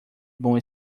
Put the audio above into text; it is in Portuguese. bom